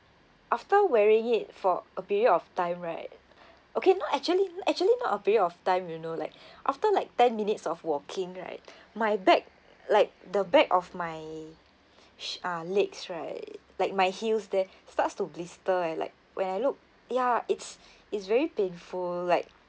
after wearing it for a period of time right okay no actually actually not a period of time you know like after like ten minutes of walking right my back like the back of my sh~ ah legs right like my heels there starts to blister eh like when I look ya it's it's very painful like